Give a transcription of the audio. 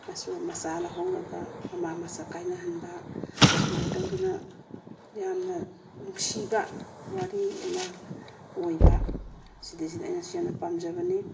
ꯃꯁꯨ ꯃꯆꯥ ꯂꯍꯧꯔꯒ ꯃꯃꯥ ꯃꯆꯥ ꯀꯥꯏꯅꯍꯟꯕ ꯁꯨꯃꯥꯏꯅ ꯇꯧꯗꯅ ꯌꯥꯝꯅ ꯅꯨꯡꯁꯤꯕ ꯋꯥꯔꯤ ꯑꯃ ꯑꯣꯏꯕ ꯁꯤꯗꯩꯁꯤꯗ ꯑꯩꯅꯁꯨ ꯌꯥꯝꯅ ꯄꯥꯝꯖꯕꯅꯤ